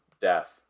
death